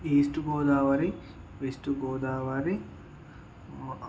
east Godavari west Godavari